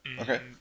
okay